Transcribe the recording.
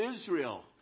Israel